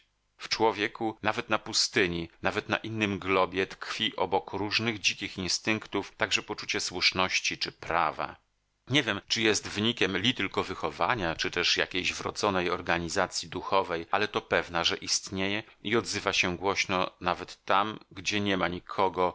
w człowieku nawet na pustyni nawet na innym globie tkwi obok różnych dzikich instynktów także poczucie słuszności czy prawa nie wiem czy jest wynikiem li tylko wychowania czy też jakiejś wrodzonej organizacji duchowej ale to pewna że istnieje i odzywa się głośno nawet tam gdzie niema nikogo